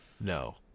No